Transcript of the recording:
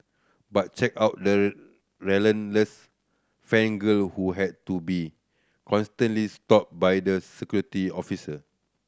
but check out the relentless fan girl who had to be constantly stopped by the security officer